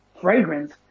fragrance